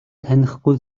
танихгүй